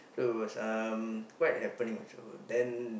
so it was um quite happening also then